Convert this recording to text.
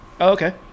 Okay